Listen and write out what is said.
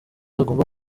agomba